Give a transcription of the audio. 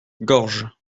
gorges